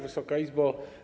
Wysoka Izbo!